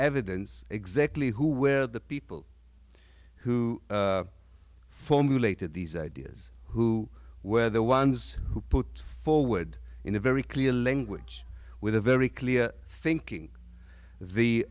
evidence exactly who where the people who formulated these ideas who were the ones who put forward in a very clear language with a very clear thinking the